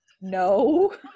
No